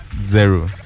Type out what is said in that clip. zero